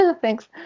Thanks